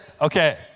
okay